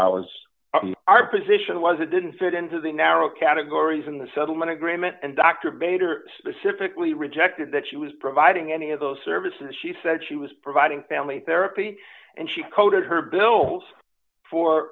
dollars our position was it didn't fit into the narrow categories in the settlement agreement and dr bader specifically rejected that she was providing any of those services she said she was providing family therapy and she quoted her bills for